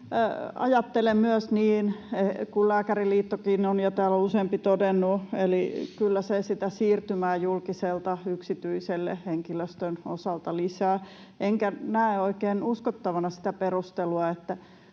Ajattelen myös, niin kuin Lääkäriliittokin, kuten täällä on jo useampi todennut, eli että kyllä se sitä siirtymää julkiselta yksityiselle henkilöstön osalta lisää. Enkä näe oikein uskottavana sitä perustelua,